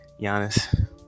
Giannis